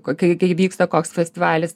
kai vyksta koks festivalis